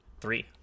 three